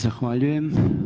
Zahvaljujem.